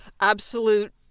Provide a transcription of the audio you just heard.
absolute